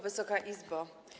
Wysoka Izbo!